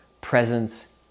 presence